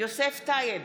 יוסף טייב,